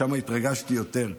שם התרגשתי יותר,